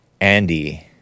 Andy